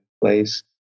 place